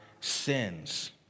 sins